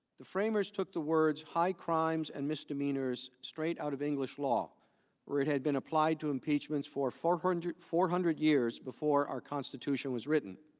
the framers took the words high crimes and misdemeanors straight out of english law where it had been applied to impeachments for four hundred four hundred years before our constitution was written.